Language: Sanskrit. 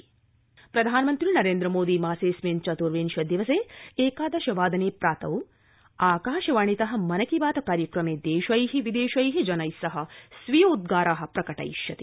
प्रधानमन्त्री प्रधानमन्त्री नरेन्द्रमोदी मासेऽस्मिन् चतुर्विंशे दिवसे एकादश वादने प्रातौ आकाशवाणीत मन की बात कार्यक्रमे देशौ विदेशै जनैस्सह स्वीयोद्रारा प्रकटिष्यति